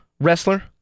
wrestler